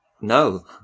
No